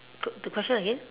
quote the question again